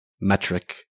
metric